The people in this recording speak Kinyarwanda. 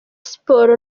siporo